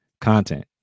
Content